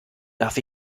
darf